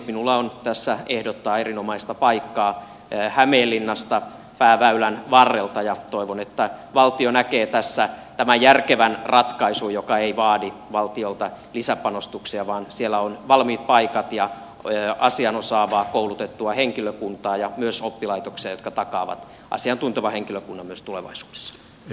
minulla on tässä ehdottaa erinomaista paikkaa hämeenlinnasta pääväylän varrelta ja toivon että valtio näkee tässä tämän järkevän ratkaisun joka ei vaadi valtiolta lisäpanostuksia vaan siellä on valmiit paikat ja asian osaavaa koulutettua henkilökuntaa ja myös oppilaitoksia jotka takaavat asiantuntevan henkilökunnan myös tulevaisuudessa